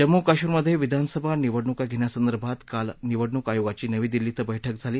जम्मू कश्मीरमधे विधानसभा निवडणूका घेण्यासंदर्भात काल निवडणूक आयोगाची नवी दिल्ली इं बैठक झाली